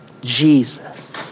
Jesus